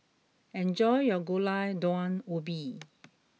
enjoy your Gulai Daun Ubi